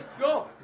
go